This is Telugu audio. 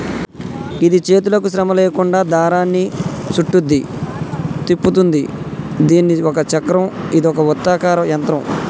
గిది చేతులకు శ్రమ లేకుండా దారాన్ని సుట్టుద్ది, తిప్పుతుంది దీని ఒక చక్రం ఇదొక వృత్తాకార యంత్రం